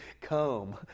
come